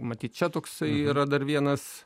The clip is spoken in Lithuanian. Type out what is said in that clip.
matyt čia toksai yra dar vienas